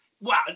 Wow